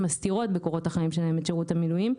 מסתירות בקורות החיים שלהן את שירות המילואים,